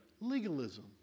Legalism